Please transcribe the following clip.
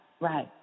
right